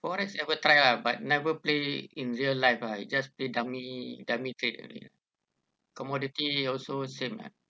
forex ever try lah but never play in real life lah we just play dummy dummy trade only commodity also same lah